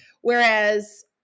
Whereas